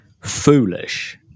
foolish